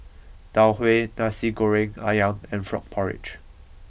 Tau Huay Nasi Goreng Ayam and Frog Porridge